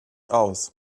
aus